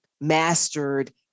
mastered